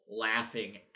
laughing